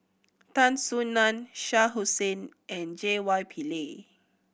Tan Soo Nan Shah Hussain and J Y Pillay